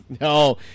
no